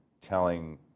telling